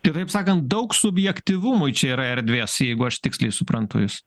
kitaip sakant daug subjektyvumui čia yra erdvės jeigu aš tiksliai suprantu jis